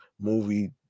movie